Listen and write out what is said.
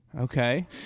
Okay